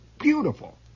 beautiful